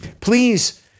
Please